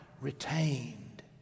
retained